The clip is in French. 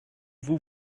vous